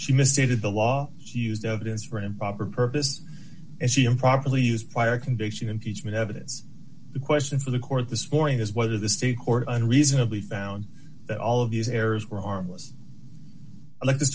she misstated the law he used evidence for improper purposes and she improperly used prior conviction impeachment evidence the question for the court this morning is whether the state court unreasonably found that all of these errors were harmless like the